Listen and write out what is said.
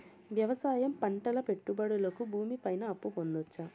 వ్యవసాయం పంటల పెట్టుబడులు కి భూమి పైన అప్పు పొందొచ్చా?